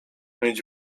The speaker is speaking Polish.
mieć